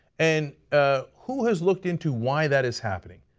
and ah who has looked into why that is happening?